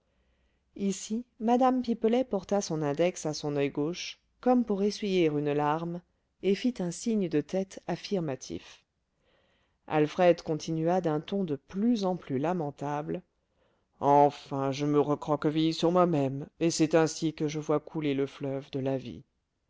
ici mme pipelet porta son index à son oeil gauche comme pour essuyer une larme et fit un signe de tête affirmatif alfred continua d'un ton de plus en plus lamentable enfin je me recroqueville sur moi-même et c'est ainsi que je vois couler le fleuve de la vie